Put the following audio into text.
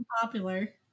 popular